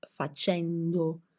Facendo